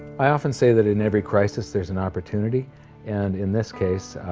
i often say that in every crisis, there's an opportunity and in this case,